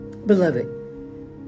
Beloved